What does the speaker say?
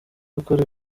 gukora